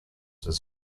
does